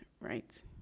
right